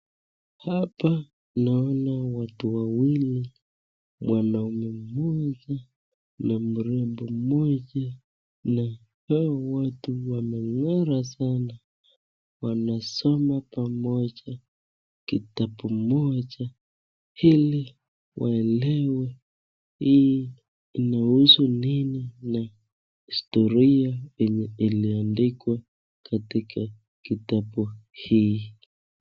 Hapa naona watu wawili mwanaume mmoja na mrembo mmoja na hawa watu wameng'ara sana wamesoma pamoja kitabu moja ili waelewe hii inahusu nini na historia yenye iliandikwa katika kitabu hii.